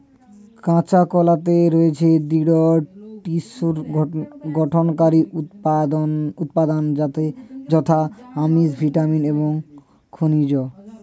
কাঁচা কলাতে রয়েছে দৃঢ় টিস্যুর গঠনকারী উপাদান যথা আমিষ, ভিটামিন এবং খনিজ